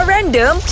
Random